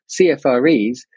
CFREs